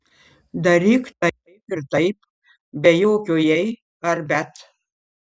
daryk taip ir taip be jokių jei ar bet